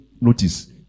notice